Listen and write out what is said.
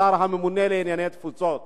השר הממונה על ענייני התפוצות,